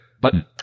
Button